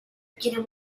quiere